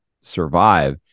survive